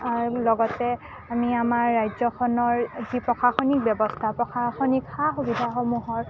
আৰু লগতে আমি আমাৰ ৰাজ্যখনৰ যি প্ৰশাসনিক ব্যৱস্থা প্ৰশাসনিক সা সুবিধাসমূহৰ